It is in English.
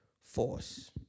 force